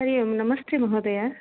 हरि ओं नमस्ते महोदय